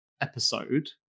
episode